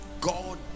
god